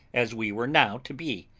as we were now to be,